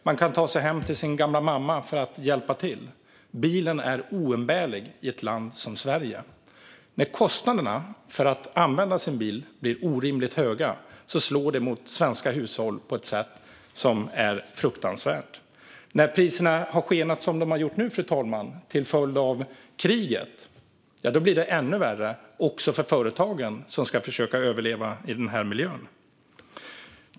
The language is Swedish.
Man kan ta sig hem till sin gamla mamma för att hjälpa till. Bilen är oumbärlig i ett land som Sverige. När kostnaderna för att använda bilen blir orimligt höga slår det mot svenska hushåll på ett sätt som är fruktansvärt. När priserna skenar som de har gjort nu, fru talman, till följd av kriget blir det ännu värre - också för de företag som ska försöka att överleva i den här miljön.